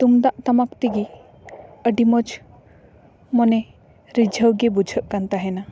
ᱛᱩᱢᱫᱟᱜ ᱴᱟᱢᱟ ᱛᱮᱜᱮ ᱟᱹᱰᱤ ᱢᱚᱡᱽ ᱢᱚᱱᱮ ᱨᱤᱡᱷᱟᱹᱣ ᱜᱮ ᱵᱩᱡᱷᱟᱹᱜ ᱠᱟᱱ ᱛᱟᱦᱮᱱᱟ